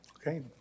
Okay